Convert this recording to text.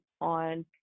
on